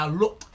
look